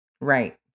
Right